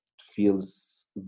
feels